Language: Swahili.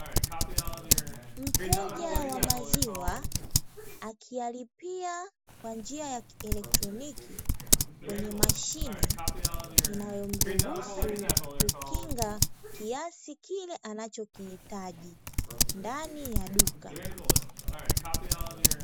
Mteja wa maziwa akiyalipia kwa njia ya kieletroniki kwenye mashine inayomruhusu kukinga kiasi kile anachokihitaji ndani ya duka.